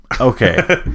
Okay